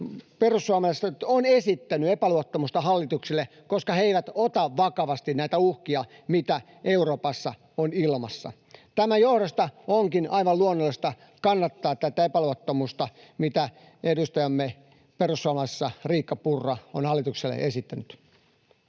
perussuomalaiset on esittänyt epäluottamusta hallitukselle, koska hallitus ei ota vakavasti näitä uhkia, mitä Euroopassa on ilmassa. Tämän johdosta onkin aivan luonnollista kannattaa tätä epäluottamusta, mitä edustajamme perussuomalaisissa, Riikka Purra, on hallitukselle esittänyt.